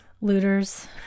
Looters